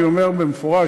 אני אומר במפורש,